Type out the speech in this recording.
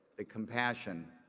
the compassion,